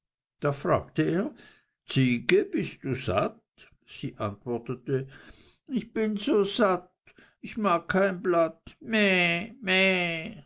da fragte er ziege bist du satt sie antwortete ich bin so satt ich mag kein blatt meh